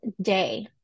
day